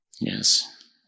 Yes